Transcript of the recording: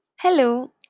Hello